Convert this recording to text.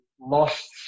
lost